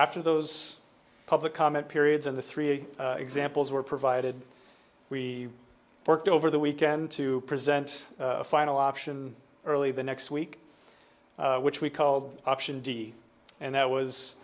after those public comment periods and the three examples were provided we worked over the weekend to present a final option early the next week which we called option d and that was